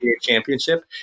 championship